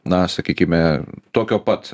na sakykime tokio pat